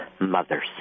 mothers